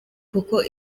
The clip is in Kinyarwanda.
kuko